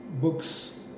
books